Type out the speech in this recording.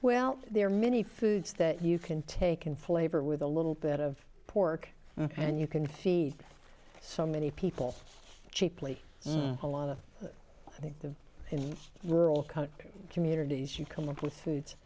well there are many foods that you can take in flavor with a little bit of pork and you can feed so many people cheaply a lot of i think the rural communities you come up with food